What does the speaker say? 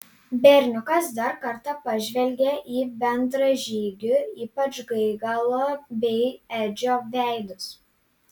berniukas dar kartą pažvelgė į bendražygių ypač gaigalo bei edžio veidus